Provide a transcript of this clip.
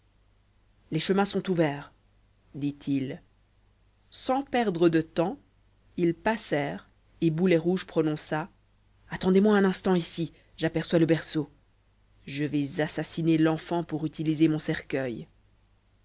les chemins sont ouverts dit-il sans perdre de temps ils passèrent et boulet rouge prononça attendez-moi un instant ici j'aperçois le berceau je vais assassiner l'enfant pour utiliser mon cercueil